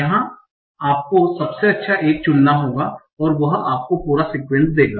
यहां आपको सबसे अच्छा एक चुनना होगा और वह आपको पूरा सीक्वेंस देगा